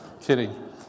Kidding